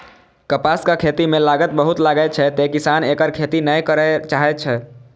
कपासक खेती मे लागत बहुत लागै छै, तें किसान एकर खेती नै करय चाहै छै